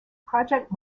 project